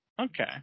Okay